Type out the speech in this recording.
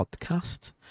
podcast